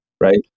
right